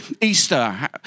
Easter